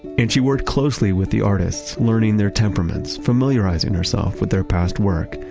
and she worked closely with the artists, learning their temperaments, familiarizing herself with their past work.